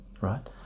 right